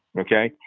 okay?